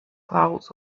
clouds